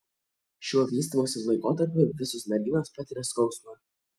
šiuo vystymosi laikotarpiu visos merginos patiria skausmą